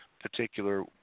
particular